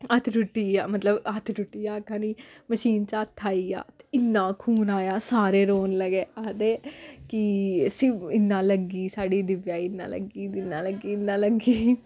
हत्थ टुट्टी गेआ मतलब हत्थ टुट्टी गेआ आक्खा नी मशीन च हत्थ आई गेआ ते इन्ना खून आया सारे रौन लगे आखदे कि इसी इन्ना लग्गी साढ़ी दिव्य गी इन्ना लग्गी इन्ना लग्गी इन्ना लग्गी